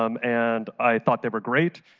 um and i thought they were great.